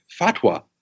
fatwa